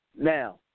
Now